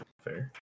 fair